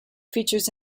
features